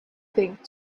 think